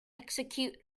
execute